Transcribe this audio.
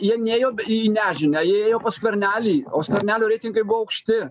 jie nėjo į nežinią jie ėjo pas skvernelį o skvernelio reitingai buvo aukšti